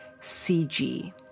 CG